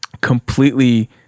completely